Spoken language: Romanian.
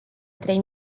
trei